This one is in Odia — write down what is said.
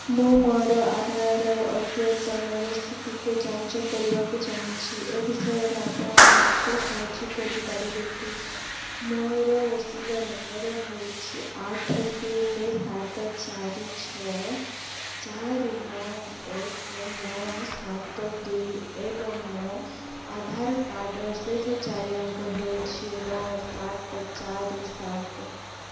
ମୁଁ ମୋର ଆଧାର ଅଦ୍ୟତନର ସ୍ଥିତିକୁ ଯାଞ୍ଚ କରିବାକୁ ଚାହୁଁଛି ଏ ବିଷୟରେ ଆପଣ ମୋତେ ସାହାଯ୍ୟ କରିପାରିବେ କି ମୋର ରସିଦ ନମ୍ବର ହେଉଛି ଆଠ ତିନି ସାତ ଚାରି ଛଅ ଚାରି ନଅ ଏକ ନଅ ସାତ ଦୁଇ ଏବଂ ମୋ ଆଧାର କାର୍ଡ଼ର ଶେଷ ଚାରି ଅଙ୍କ ହେଉଛି ନଅ ସାତ ଚାରି ସାତ